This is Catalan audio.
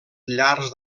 llars